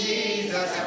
Jesus